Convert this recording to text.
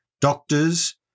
doctors